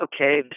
okay